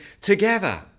together